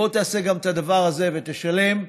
אני אומר לכם את זה עקב תפקידי הקודם.